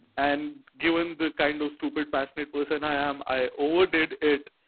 and given the kind of stupid, passionate person i am i overdid it.